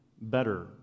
better